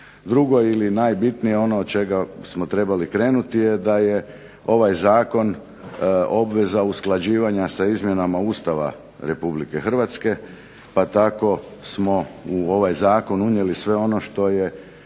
Drugo ili najbitnije ono od čega smo trebali krenuti je da je ovaj zakon obveza usklađivanja sa izmjenama Ustava Republike Hrvatske, pa tako smo u ovaj zakon unijeli sve ono što je